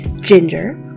Ginger